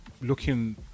looking